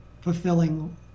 fulfilling